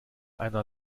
einer